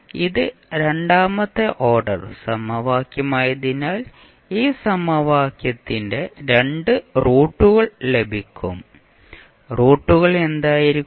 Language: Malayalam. ഇത് രണ്ടാമത്തെ ഓർഡർ സമവാക്യമായതിനാൽ ഈ സമവാക്യത്തിന്റെ രണ്ട് റൂട്ടുകൾ ലഭിക്കും റൂട്ടുകൾ എന്തായിരിക്കും